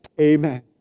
Amen